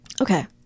Okay